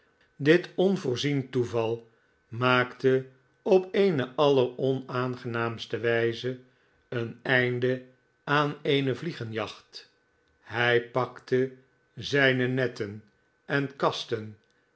dit onvoorzien toeval maakte op eene allerongenaamste wijze een einde aan zijne vliegenjachten hij pakte zijne netten en kasten